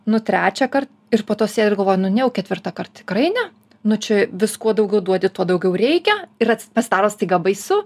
nu trečią kart ir po to sėdu ir galvoju nu jau ketvirtą kartą tikrai ne nu čia vis kuo daugiau duodi tuo daugiau reikia ir pasidaro staiga baisu